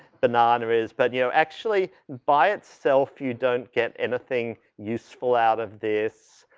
banana is, but you know, actually by itself you don't get anything useful out of this,